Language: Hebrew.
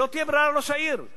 ולא תהיה ברירה לראש העיר,